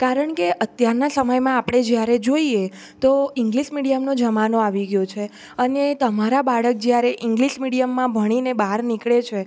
કારણ કે અત્યારના સમયમાં આપણે જ્યારે જોઈએ તો ઇંગ્લિસ મીડિયમનો જમાનો આવી ગ્યો છે અને તમારા બાળક જ્યારે ઇંગ્લિસ મીડિયમમાં ભણીને બહાર નીકળે છે